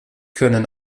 können